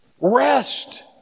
rest